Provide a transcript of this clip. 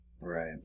Right